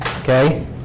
Okay